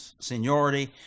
seniority